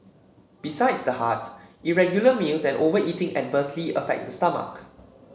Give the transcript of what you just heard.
besides the heart irregular meals and overeating adversely affect the stomach